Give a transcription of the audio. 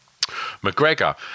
McGregor